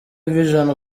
vision